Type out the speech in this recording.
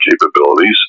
capabilities